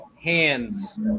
hands